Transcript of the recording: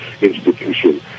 institution